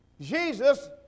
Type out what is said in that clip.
Jesus